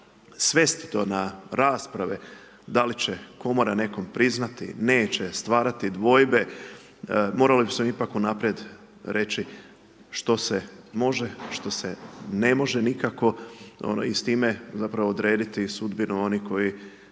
svesti to na rasprave da li će komora nekom priznati, neće stvarati dvojbe, morali bismo ipak u najprije reći što se može, što se ne može nikako i s time odrediti sudbinu onih koji